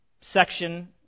section